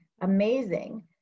amazing